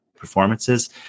performances